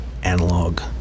analog